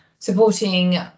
Supporting